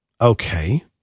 Okay